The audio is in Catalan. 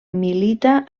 milita